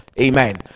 Amen